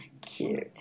Cute